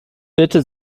bitte